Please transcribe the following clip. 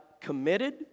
committed